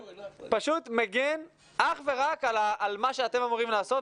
פשוט מגן אך ורק על מה שאתם אמורים לעשות,